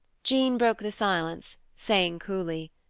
jean broke the silence, saying coolly,